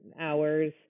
hours